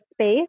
space